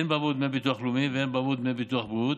הן בעבור דמי ביטוח לאומי והן בעבור דמי ביטוח בריאות,